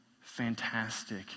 fantastic